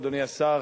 אדוני השר,